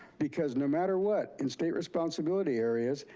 because no matter what in state responsibility areas,